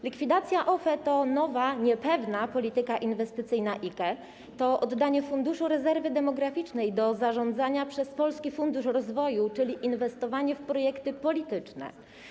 Likwidacja OFE to nowa, niepewna polityka inwestycyjna IKE, to oddanie Funduszu Rezerwy Demograficznej do zarządzania przez Polski Fundusz Rozwoju, czyli inwestowanie w projekty polityczne.